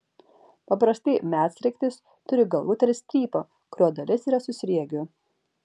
paprastai medsraigtis turi galvutę ir strypą kurio dalis yra su sriegiu